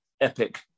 epic